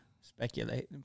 speculate